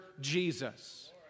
Jesus